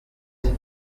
cye